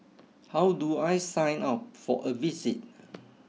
how do I sign up for a visit